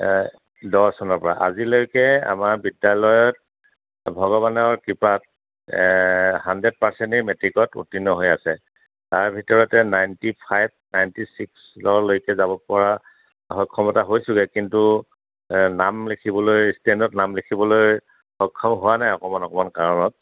দহ চনৰ পৰা আজিলৈকে আমাৰ বিদ্যালয়ত ভগৱানৰ কৃপাত হাণ্ড্ৰেড পাৰ্চেণ্টেই মেট্ৰিকত উ ত্তীৰ্ণ হৈ আছে তাৰ ভিতৰতে নাইনটি ফাইভ নাইনটি ছিক্সলৈকে যাব পৰা সক্ষমতা হৈছোগৈ কিন্তু নাম লিখিবলৈ ষ্টেণ্ডত নাম লিখিবলৈ সক্ষম হোৱা নাই অকমান অকমান কাৰণত